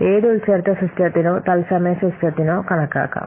ഏത് ഉൾച്ചേർത്ത സിസ്റ്റത്തിനോ തത്സമയ സിസ്റ്റത്തിനോ കണക്കാക്കാം